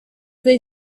they